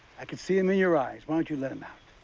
i can see him in your eyes. why don't you let him out?